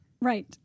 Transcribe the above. Right